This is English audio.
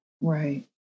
right